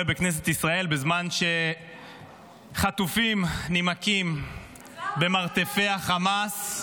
בכנסת ישראל בזמן שחטופים נמקים במרתפי החמאס.